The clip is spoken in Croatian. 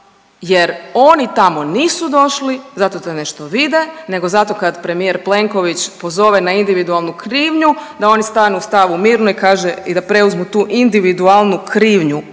jer oni tamo nisu došli zato da nešto vide nego zato kad premijer Plenković pozove na individualnu krivnju, da oni stanu u stavu mirno i kaže i da preuzmu tu individualnu krivnju.